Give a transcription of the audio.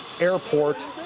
airport